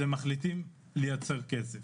אז הם מחליטים לייצר כסף.